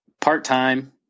part-time